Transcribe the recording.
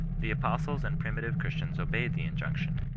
the apostles and primitive christians obeyed the injunction,